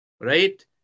right